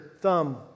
thumb